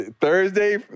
Thursday